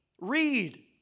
Read